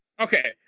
okay